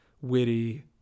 witty